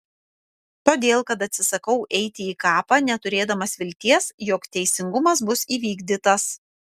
todėl kad atsisakau eiti į kapą neturėdamas vilties jog teisingumas bus įvykdytas